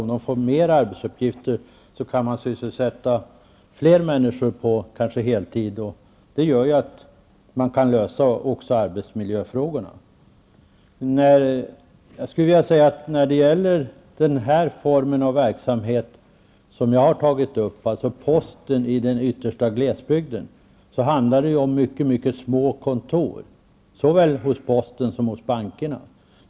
Om de får fler arbetsuppgifter kan också fler människor sysselsättas på heltid. Det gör att även arbetsmiljöproblemen kan lösas. Vad gäller postens verksamhet ute i den yttersta glesbygden, så rör det sig om mycket små kontor. Detsamma gäller bankernas verksamhet där.